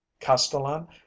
Castellan